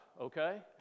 okay